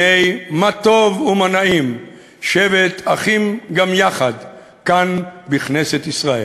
הנה מה טוב ומה נעים שבת אחים גם יחד כאן בכנסת ישראל.